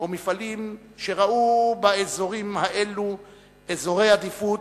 או מפעלים שראו באזורים האלה אזורי עדיפות,